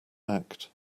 act